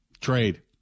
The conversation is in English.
Trade